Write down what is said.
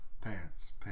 pants